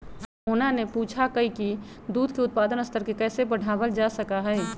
मोहना ने पूछा कई की दूध के उत्पादन स्तर के कैसे बढ़ावल जा सका हई?